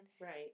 Right